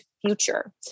future